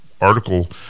Article